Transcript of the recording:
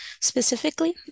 specifically